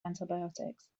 antibiotics